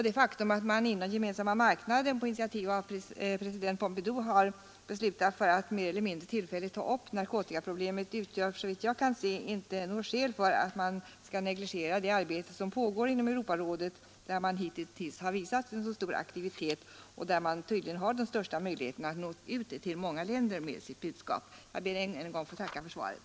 Det faktum att man inom den gemensamma marknaden på initiativ av president Pompidou har beslutat att mer eller mindre tillfälligt ta upp narkotikaproblemet utgör såvitt jag kan se inte något skäl att negligera det arbete som pågår inom Europarådet, där man hittills har visat så stor aktivitet och där man tydligen har den största möjligheten att nå ut till många länder med sitt budskap. Jag ber än en gång att tacka för svaret.